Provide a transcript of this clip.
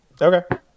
Okay